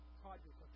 projects